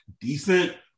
decent